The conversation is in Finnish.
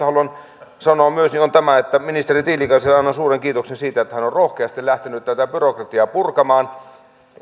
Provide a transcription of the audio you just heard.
haluan sanoa myös on tämä että ministeri tiilikaiselle annan suuren kiitoksen siitä että hän on rohkeasti lähtenyt tätä byrokratiaa purkamaan